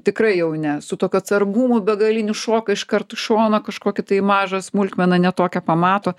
tikrai jau ne su tokiu atsargumu begaliniu šoka iškart į šoną kažkokią tai mažą smulkmeną ne tokią pamato